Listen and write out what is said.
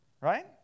Right